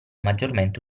maggiormente